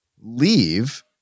leave